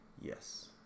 Yes